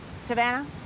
Savannah